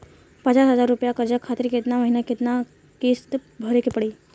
पचास हज़ार रुपया कर्जा खातिर केतना महीना केतना किश्ती भरे के पड़ी?